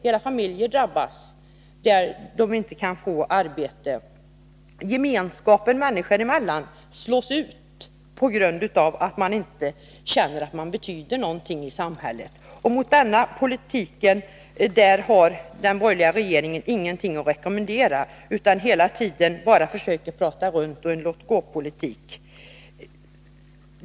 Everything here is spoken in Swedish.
Hela familjer drabbas på orter där man inte kan få arbete. Gemenskapen människor emellan slås sönder på grund av att man inte känner att man betyder något i samhället. Mot denna politik har den borgerliga regeringen ingenting att rekommendera, utan man försöker hela tiden bara prata runt och föra en låtgå-politik.